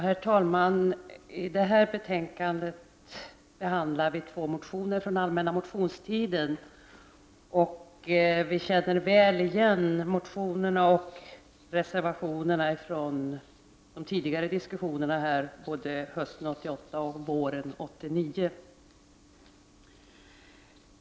Herr talman! I detta betänkande behandlar vi två motioner från allmänna motionstiden. Vi känner väl igen motionerna och reservationerna från tidigare diskussioner i detta ärende från hösten 1988 och våren 1989.